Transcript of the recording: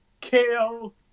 Kale